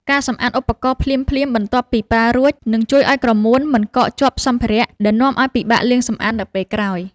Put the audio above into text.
ការសម្អាតឧបករណ៍ភ្លាមៗបន្ទាប់ពីប្រើរួច នឹងជួយឱ្យក្រមួនមិនកកជាប់សម្ភារ: ដែលនាំឱ្យពិបាកលាងសម្អាតនៅពេលក្រោយ។